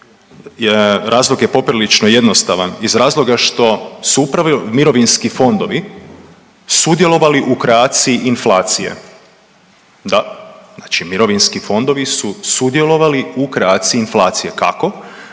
Razlog je poprilično jednostavan, iz razloga što su upravo mirovinski fondovi sudjelovali u kreaciji inflacije. Da. Znači mirovinski fondovi su sudjelovali u kreaciji inflacije. Kako?